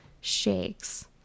shakes